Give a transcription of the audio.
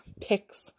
picks